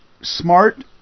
smart